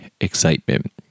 excitement